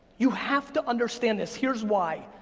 you have to understand this. here's why.